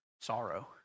sorrow